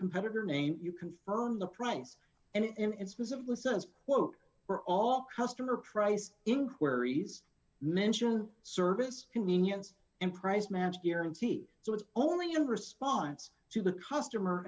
competitor name you confirm the price and it specifically says quote for all customer price inquiries mention service convenience and price match guarantee so it's only in response to the customer